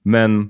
Men